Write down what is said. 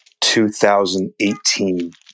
2018